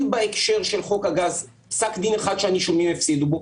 בהקשר של חוק הגז פסק דין אחד שהנישומים הפסידו בו.